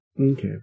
Okay